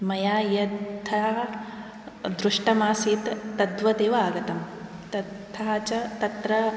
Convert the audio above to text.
मया यथा दृष्टमासीत् तद्वदेव आगतं तथा च तत्र